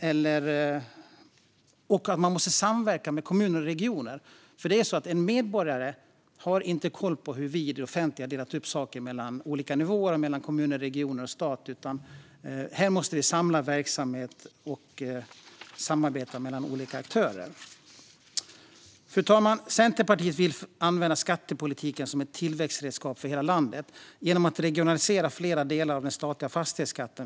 Vidare måste man samverka med kommuner och regioner. En medborgare har inte koll på hur vi i det offentliga har delat upp saker mellan olika nivåer, mellan kommuner, regioner och stat. Här måste vi samla verksamhet och samarbeta mellan olika aktörer. Fru talman! Centerpartiet vill använda skattepolitiken som ett tillväxtredskap för hela landet genom att regionalisera flera delar av den statliga fastighetsskatten.